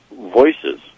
voices